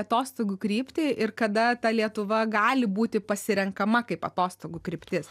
atostogų kryptį ir kada ta lietuva gali būti pasirenkama kaip atostogų kryptis